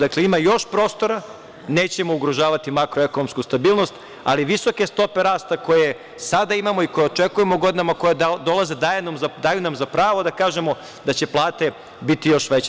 Dakle, ima još prostora, nećemo ugrožavati makroekonomsku stabilnost, ali visoke stope rasta koje sada imamo i koje očekujemo godinama, koje dolaze, daju nam za pravo da kažemo da će plate biti još veće.